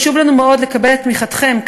חשוב לנו מאוד לקבל את תמיכתכם,